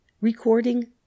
Recording